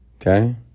okay